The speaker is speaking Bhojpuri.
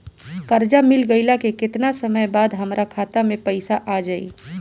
कर्जा मिल गईला के केतना समय बाद हमरा खाता मे पैसा आ जायी?